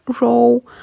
row